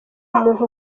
umuntu